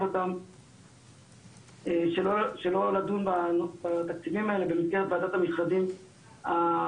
אותם שלא לדון בתקציבים האלה במסגרת ועדת המכרזים הממשלתית.